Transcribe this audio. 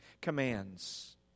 commands